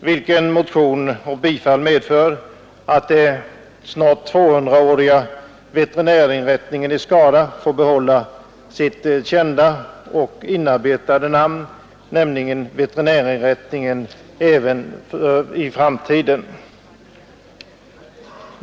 Riksdagens bifall till den motionen medför att den snart 200-åriga veterinärinrättningen får behålla sitt kända och inarbetade namn — veterinärinrättningen i Skara — även i framtiden.